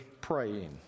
praying